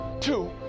two